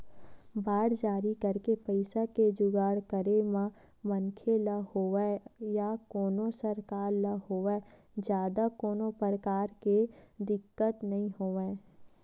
bond जारी करके पइसा के जुगाड़ करे म मनखे ल होवय या कोनो सरकार ल होवय जादा कोनो परकार के दिक्कत नइ होवय